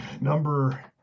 number